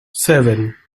seven